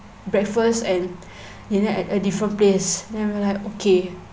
breakfast and dinner at at different place then I'm like okay